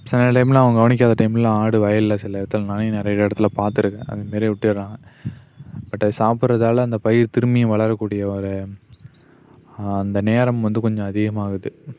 சில டைமில் அவங்க கவனிக்காத டைமில் ஆடு வயலில் சில இடத்துல நானே நிறைய இடத்துல பார்த்துருக்கேன் அந்தமாரியே விட்டுடறான் பட் அது சாப்பிட்றதால அந்த பயிர் திரும்பியும் வளரக்கூடிய ஒரு அந்த நேரம் வந்து கொஞ்சம் அதிகமாகுது